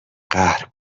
قهر